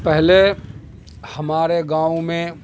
پہلے ہمارے گاؤں میں